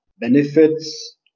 benefits